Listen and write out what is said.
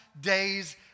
day's